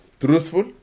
Truthful